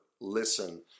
listen